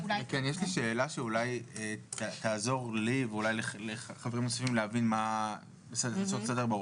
יש לי שאלה שאולי תעזור לי ואולי לחברים נוספים לעשות סדר בראש.